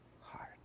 heart